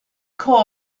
corps